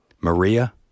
Maria